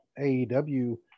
AEW